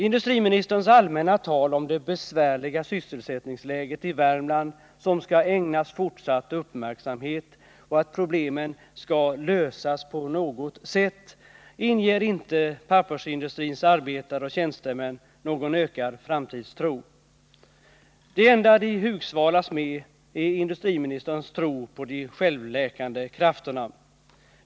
Industriministerns allmänna tal om det besvärliga sysselsättningsläget i Värmland som skall ägnas fortsatt uppmärksamhet och att problemen skall ”lösas på något sätt” inger inte pappersindustrins arbetare och tjänstemän någon ökad framtidstro. Det enda de hugsvalas med är industriministerns tro på ”de självläkande krafterna”.